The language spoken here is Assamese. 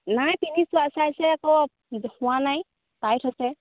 নাই পিন্ধি চোৱা চাইছে আকৌ হোৱা নাই টাইট হৈছে